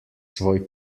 svoj